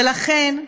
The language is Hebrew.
ולכן,